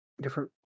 different